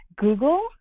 Google